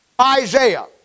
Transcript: Isaiah